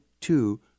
Two